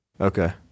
Okay